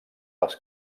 les